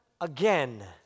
again